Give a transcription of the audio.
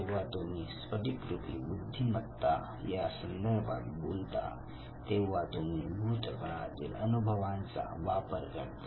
जेव्हा तुम्ही स्फटिकरुपी बुद्धिमत्ता या संदर्भात बोलता तेव्हा तुम्ही भूतकाळातील अनुभवांचा वापर करता